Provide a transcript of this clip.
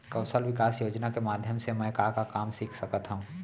कौशल विकास योजना के माधयम से मैं का का काम सीख सकत हव?